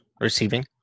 receiving